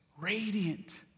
radiant